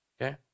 Okay